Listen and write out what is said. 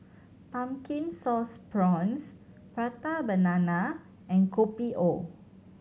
Pumpkin Sauce Prawns Prata Banana and Kopi O